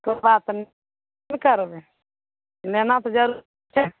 कि करबै नेना तऽ जरूरी छै ने